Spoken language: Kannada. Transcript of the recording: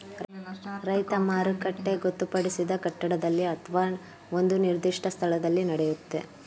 ರೈತ ಮಾರುಕಟ್ಟೆ ಗೊತ್ತುಪಡಿಸಿದ ಕಟ್ಟಡದಲ್ಲಿ ಅತ್ವ ಒಂದು ನಿರ್ದಿಷ್ಟ ಸ್ಥಳದಲ್ಲಿ ನಡೆಯುತ್ತೆ